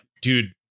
dude